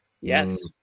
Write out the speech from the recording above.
Yes